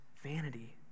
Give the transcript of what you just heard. vanity